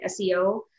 SEO